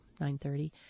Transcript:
9:30